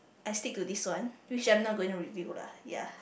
I stick to this one which I'm not going to reveal lah ya